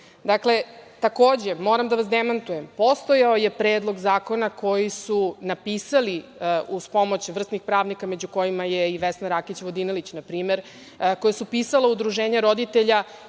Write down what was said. pitanjima. Takođe, moram da vas demantujem, postojao je Predlog zakona koji su napisali uz pomoć vrsnih pravnika, među kojima je i Vesna Rakić Vodinelić na primer, udruženja roditelja